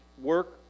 work